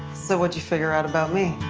so what'd you figure out about me.